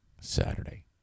Saturday